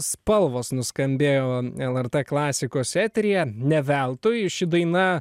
spalvos nuskambėjo lrt klasikos eteryje ne veltui ši daina